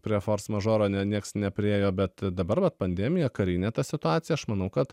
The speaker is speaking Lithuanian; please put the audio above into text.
prie fors mažoro ne nieks nepriėjo bet dabar va pandemija karinė ta situacija aš manau kad